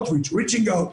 Reaching out,